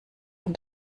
und